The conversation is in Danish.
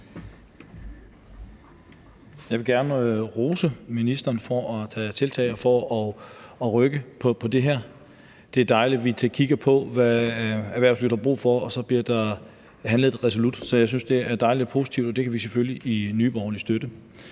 Jeg vil gerne rose ministeren for at tage tiltag og for at rykke på det her. Det er dejligt, at vi kigger på, hvad erhvervslivet har brug for – og så bliver der handlet resolut. Så jeg synes, det er dejligt og positivt, og det kan vi selvfølgelig støtte